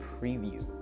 preview